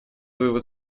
вывод